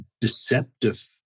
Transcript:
deceptive